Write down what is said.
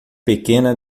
pequena